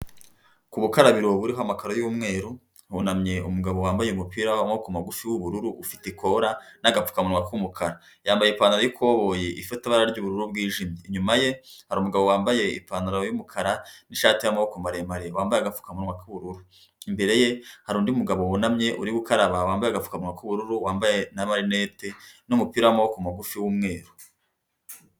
Ku bukarabiro buriho amakaro y'umweru, hunamye umugabo wambaye umupira w'amaboko magufi w'ubururu ufite ikora n'agapfukamuwa k'umukara, yambaye ipantaro y'ikoboye ifite ibara ry'ubururu bwijimye, inyuma ye hari umugabo wambaye ipantaro y'umukara n'ishati y'amaboko maremare wambaye agapfukawa k'ubururu, imbere ye hari undi mugabo wunamye uri gukaraba wambaye agapfukamunwa k'ubururu wambaye n'amalinete n'umupira w'amaboko magufi w'umweru.